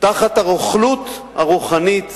תחת הרוכלות הרוחנית